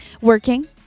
working